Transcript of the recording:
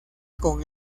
con